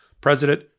President